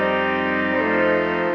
and